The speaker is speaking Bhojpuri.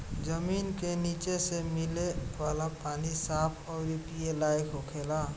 जमीन के निचे से मिले वाला पानी साफ अउरी पिए लायक होखेला